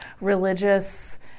religious